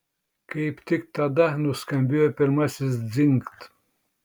kaip tik tada nuskambėjo pirmasis dzingt